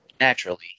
Naturally